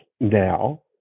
now